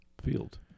Field